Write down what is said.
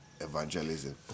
evangelism